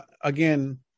again